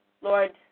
Lord